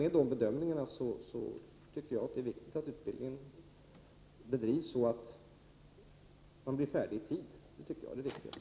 Med dessa bedömningar tycker jag att det är viktigt att utbildningen bedrivs på ett sådant sätt att den hinner genomföras i tid. Det tycker jag är det viktigaste.